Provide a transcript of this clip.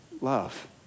Love